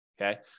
Okay